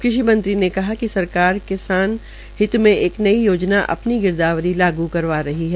कृषि मंत्री ने कहा है कि सरकार किसान हित में एक नई योजना अपनी गिरदावरी लागू कर रही है